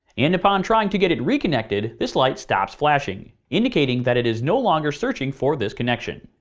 and upon trying to get it reconnected this light stops flashing, indicating that it is no longer searching for this connection.